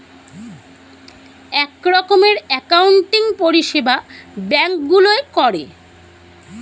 এক রকমের অ্যাকাউন্টিং পরিষেবা ব্যাঙ্ক গুলোয় করে